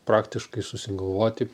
praktiškai susigalvoti